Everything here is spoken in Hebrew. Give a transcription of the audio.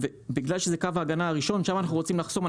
ובגלל שזה קו ההגנה הראשון שם אנחנו רוצים לחסום.